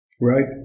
Right